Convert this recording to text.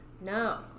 No